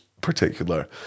particular